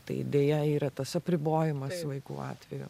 tai deja yra tas apribojimas vaikų atveju